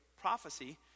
prophecy